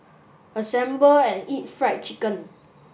assemble and eat Fried Chicken